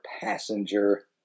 passenger